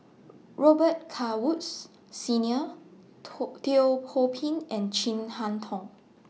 Robet Carr Woods Senior Teo Ho Pin and Chin Harn Tong